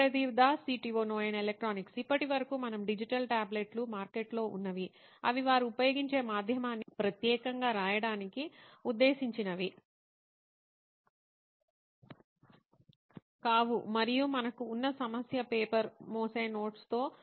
సుప్రతీవ్ Das CTO నోయిన్ electronics ఇప్పటి వరకు మనం డిజిటల్ టాబ్లెట్లు మార్కెట్లో ఉన్నవి అవి వారు ఉపయోగించే మాధ్యమాన్ని ప్రత్యేకంగా రాయడానికి ఉద్దేశించినవి కావు మరియు మనకు ఉన్న సమస్య పేపర్ మోసే నోట్సుతో